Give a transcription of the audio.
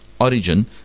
origin